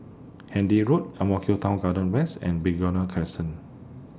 Handy Road Ang Mo Kio Town Garden West and Begonia Crescent